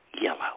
yellow